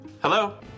Hello